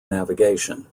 navigation